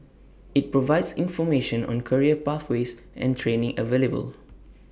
IT provides information on career pathways and training available